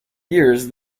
years